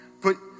put